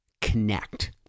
connect